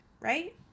Right